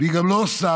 והיא גם לא עושה.